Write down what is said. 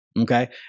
Okay